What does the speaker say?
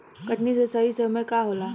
कटनी के सही समय का होला?